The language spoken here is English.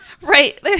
right